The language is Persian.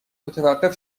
متوقف